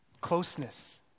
closeness